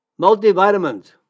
Multivitamins